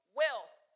wealth